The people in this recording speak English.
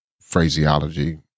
phraseology